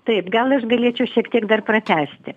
taip gal aš galėčiau šiek tiek dar pratęsti